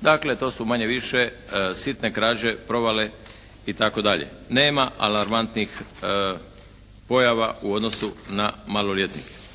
Dakle to su manje-više sitne krađe, provale itd. Nema alarmantnih pojava u odnosu na maloljetnike.